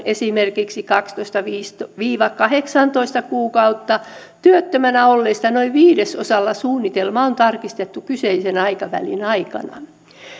esimerkiksi kaksitoista viiva kahdeksantoista kuukautta työttömänä olleista noin viidesosalla suunnitelma on tarkistettu kyseisen aikavälin aikana